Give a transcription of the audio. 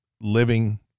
living